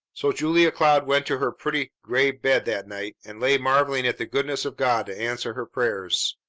so julia cloud went to her pretty gray bed that night, and lay marvelling at the goodness of god to answer her prayers.